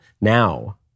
Now